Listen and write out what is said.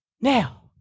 Now